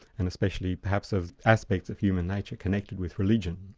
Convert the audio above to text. and especially perhaps of aspects of human nature connected with religion.